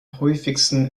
häufigsten